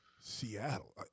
Seattle